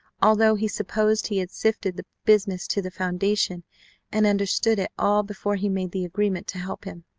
although he supposed he had sifted the business to the foundation and understood it all before he made the agreement to help him.